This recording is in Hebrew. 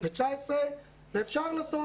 ואפשר לעשות,